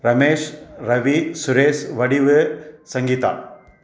Ramesh Ravi Suresh Vadivu Sangeetha